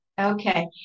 Okay